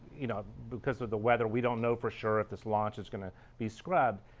you know because of the weather, we don't know for sure if this launch is going to be scrubbed,